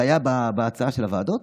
זה היה בהצעה של הוועדות?